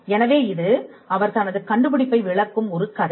எனவே இது அவர் தனது கண்டுபிடிப்பை விளக்கும் ஒரு கதை